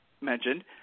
mentioned